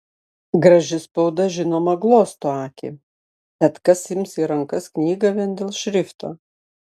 graži spauda žinoma glosto akį bet kas ims į rankas knygą vien dėl šrifto